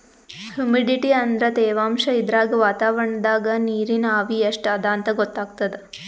humidity ಅಂದ್ರ ತೆವಾಂಶ್ ಇದ್ರಾಗ್ ವಾತಾವರಣ್ದಾಗ್ ನೀರಿನ್ ಆವಿ ಎಷ್ಟ್ ಅದಾಂತ್ ಗೊತ್ತಾಗ್ತದ್